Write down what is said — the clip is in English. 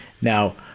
Now